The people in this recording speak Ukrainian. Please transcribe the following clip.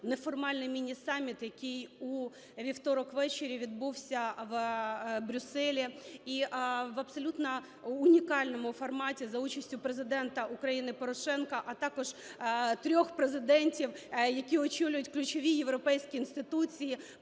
неформальний міні-саміт, який у вівторок увечері відбувся у Брюсселі, і в абсолютно унікальному форматі, за участю Президента України Порошенка, а також трьох президентів, які очолюють ключові європейські інституції: